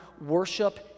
worship